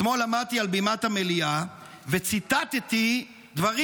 אתמול עמדתי על בימת המליאה וציטטתי דברים